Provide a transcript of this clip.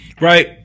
Right